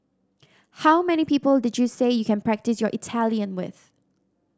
how many people did you say you can practise your Italian with